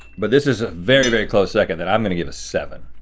but this is a very, very close second that i'm gonna give a seven.